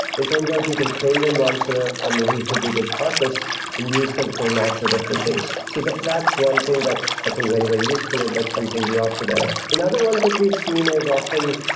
it turns out you can train them once on a and reasonably good carpus and use them for lots of different things. so that's one thing that's i think very, very useful and that's something we offer there. another one that we've seen is, often,